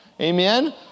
Amen